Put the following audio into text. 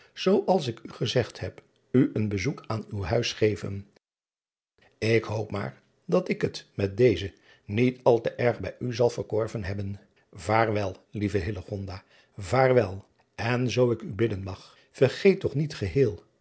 als ik u gezegd heb u een bezoek aan uw huis geven k hoop maar dat ik het met dezen niet al te erg bij u zal verkorven hebben aarwel lieve vaarwel en zoo ik u bidden mag vergeet toch niet geheel